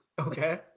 Okay